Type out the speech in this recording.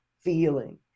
feeling